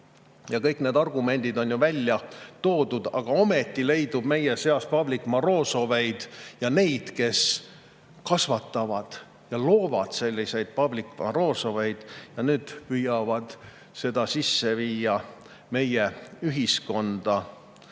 Ja kõik need argumendid on välja toodud, aga ometi leidub meie seas Pavlik Morozoveid ja neid, kes kasvatavad ja loovad selliseid Pavlik Morozoveid ja püüavad seda sisse viia meie ühiskonda.